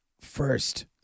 first